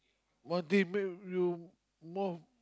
one thing make you more